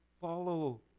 follow